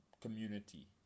community